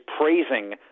praising